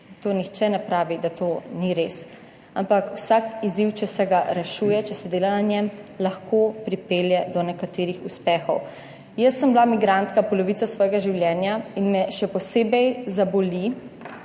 To nihče ne pravi, da to ni res. Ampak vsak izziv, če se ga rešuje, če se dela na njem, lahko pripelje do nekaterih uspehov. Jaz sem bila migrantka polovico svojega življenja in me še posebej zaboli